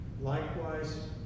Likewise